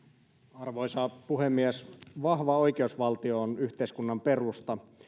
arvoisa puhemies vahva oikeusvaltio on yhteiskunnan perusta